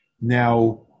Now